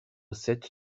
sept